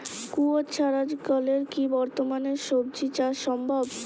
কুয়োর ছাড়া কলের কি বর্তমানে শ্বজিচাষ সম্ভব?